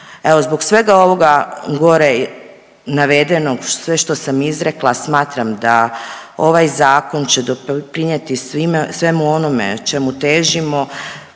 Evo zbog svega ovoga gore navedenog i sve što sam izrekla smatram da ovaj zakon će doprinjeti svemu onome čemu težimo,